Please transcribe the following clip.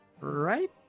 Right